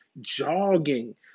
jogging